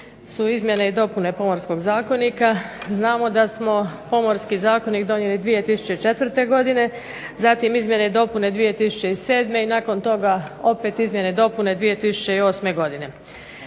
su izmjene i dopune Pomorskog zakonika. Znamo da smo Pomorski zakonik donijeli 2004. godine zatim izmjene i dopune 2007. i nakon toga opet izmjene i dopune 2008. godine.